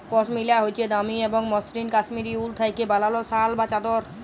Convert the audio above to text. পশমিলা হছে দামি এবং মসৃল কাশ্মীরি উল থ্যাইকে বালাল শাল বা চাদর